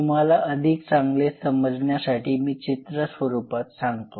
तुम्हाला अधिक चांगले समजण्यासाठी मी चित्र स्वरूपात सांगतो